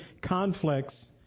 conflicts